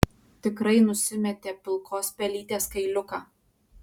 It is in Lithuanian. tikrai nusimetė pilkos pelytės kailiuką